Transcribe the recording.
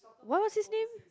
what was his name